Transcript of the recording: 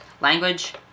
Language